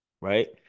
right